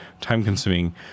time-consuming